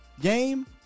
game